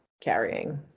carrying